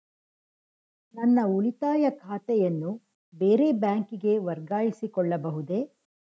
ನನ್ನ ಉಳಿತಾಯ ಖಾತೆಯನ್ನು ಬೇರೆ ಬ್ಯಾಂಕಿಗೆ ವರ್ಗಾಯಿಸಿಕೊಳ್ಳಬಹುದೇ?